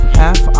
half